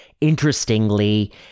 interestingly